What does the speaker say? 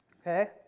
Okay